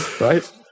right